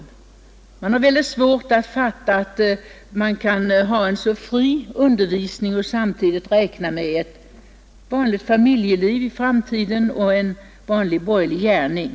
Invandrarna har mycket svårt att fatta att vi kan ha en så fri undervisning som vi har och samtidigt räkna med ett vanligt familjeliv i framtiden och en vanlig borgerlig gärning.